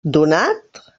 donat